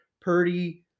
Purdy